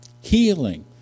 healing